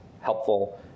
helpful